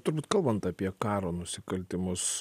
turbūt kalbant apie karo nusikaltimus